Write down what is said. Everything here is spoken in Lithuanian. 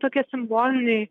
tokie simboliniai